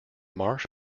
marsh